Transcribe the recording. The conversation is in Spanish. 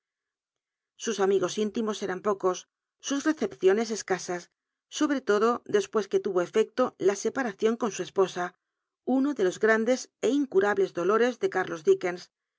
sus amigos íntimos eran pocos sus recepciones escasas sobre todo clespues que tuvo efecto la separacion con su esposa uno ele los graneles ó incurables dolores ele